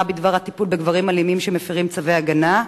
בדבר הטיפול בגברים אלימים שמפירים צווי הגנה,